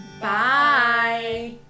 Bye